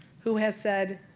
who has said,